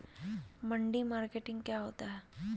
मंडी मार्केटिंग क्या होता है?